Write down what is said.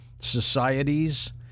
societies